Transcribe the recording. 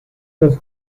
los